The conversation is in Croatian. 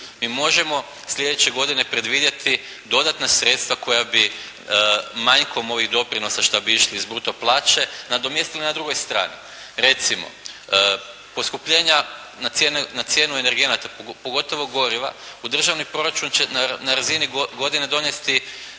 Mi možemo sljedeće godine predvidjeti dodatna sredstva koja bi manjkom ovih doprinosa što bi išli iz bruto plaće nadomjestili na drugoj strani. Recimo, poskupljenja na cijenu energenata pogotovo goriva u državni proračun će na razini godine donijeti